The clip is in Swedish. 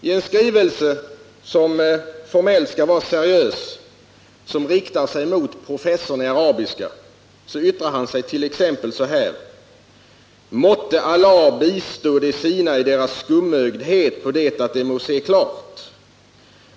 I en skrivelse, som formellt skall vara seriös och som riktar sig mot professorn i arabiska, yttrar han sig t.ex. så här: ”Måtte Allah bistå de sina i deras skumögdhet, på det att de må se klart!